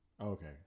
Okay